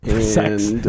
Sex